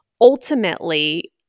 ultimately